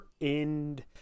end